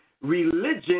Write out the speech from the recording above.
Religion